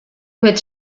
with